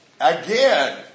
Again